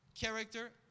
Character